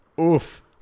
Oof